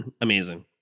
Amazing